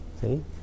see